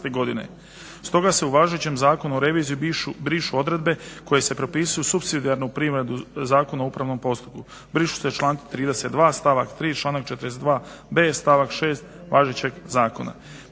Stoga se u važećem Zakonu o reviziji brišu odredbe koje se propisuju supsidijarnu … /Govornik se ne razumije./… Zakona o upravnom postupku. Brišu se članci 32. stavak 3., članak 42.b. stavak 6. važećeg zakona.